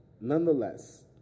Nonetheless